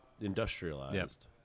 industrialized